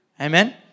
Amen